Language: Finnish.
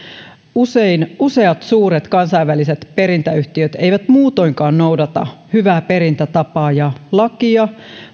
useat suuret kansainväliset perintäyhtiöt eivät muutoinkaan noudata hyvää perintätapaa ja lakia